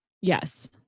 Yes